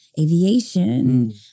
aviation